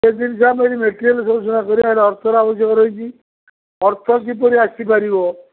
ସେ ଜିନିଷ ଆମେ ଯଦି ମେଟ୍ରିଆଲ୍ ସବୁ କରିବା ଏଟାର ଅର୍ଥର ଆବଶ୍ୟକ ରହିଛି ଅର୍ଥ କିପରି ଆସିପାରିବ